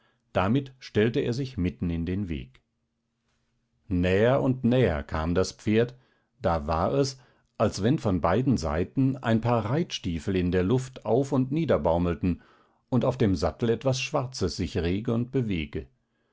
damit stellte er sich mitten in den weg näher und näher kam das pferd da war es als wenn von beiden seiten ein paar reitstiefel in der luft auf und nieder baumelten und auf dem sattel etwas schwarzes sich rege und bewege